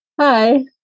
Hi